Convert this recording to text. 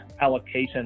allocation